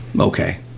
Okay